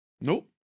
Nope